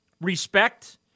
respect